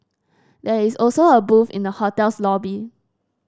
there is also a booth in the hotel's lobby